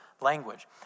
language